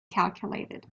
calculated